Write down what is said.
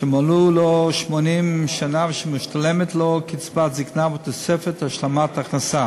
שמלאו לו 80 שנה ושמשתלמת לו קצבת זיקנה בתוספת השלמת הכנסה.